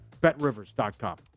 betrivers.com